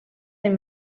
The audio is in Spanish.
para